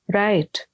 right